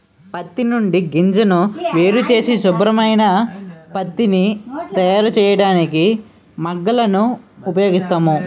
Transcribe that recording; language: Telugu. పత్తి నుండి గింజను వేరుచేసి శుభ్రమైన పత్తిని తయారుచేయడానికి మగ్గాలను ఉపయోగిస్తాం